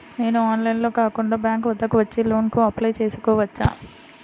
నేను ఆన్లైన్లో కాకుండా బ్యాంక్ వద్దకు వచ్చి లోన్ కు అప్లై చేసుకోవచ్చా?